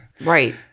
Right